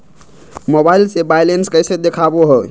Mobile से balance कैसे देखाबो है?